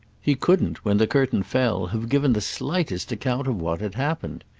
he couldn't when the curtain fell have given the slightest account of what had happened.